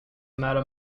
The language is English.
matter